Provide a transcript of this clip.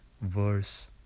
verse